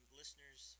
listeners